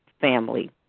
family